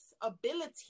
ability